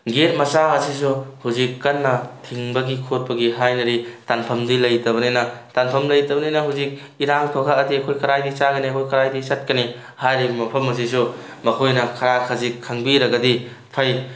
get ꯃꯆꯥ ꯑꯁꯤꯁꯨ ꯍꯧꯖꯤꯛ ꯀꯟꯅ ꯊꯤꯡꯕꯒꯤ ꯈꯣꯠꯄꯒꯤ ꯍꯥꯏꯅꯔꯤ ꯇꯥꯟꯐꯝꯗꯤ ꯂꯩꯇꯕꯅꯤꯅ ꯇꯥꯟꯐꯝ ꯂꯩꯇꯕꯅꯤꯅ ꯍꯧꯖꯤꯛ ꯏꯔꯥꯡ ꯊꯣꯛꯂꯛꯑꯗꯤ ꯑꯩꯈꯣꯏ ꯀꯗꯥꯏꯗꯒꯤ ꯆꯥꯒꯅꯤ ꯑꯩꯈꯣꯏ ꯀꯗꯥꯏꯗꯒꯤ ꯆꯠꯀꯅꯤ ꯍꯥꯏꯔꯤꯕ ꯃꯐꯝ ꯑꯁꯤꯁꯨ ꯃꯈꯣꯏꯅ ꯈꯔ ꯈꯖꯤꯛ ꯈꯪꯕꯤꯔꯒꯗꯤ ꯐꯩ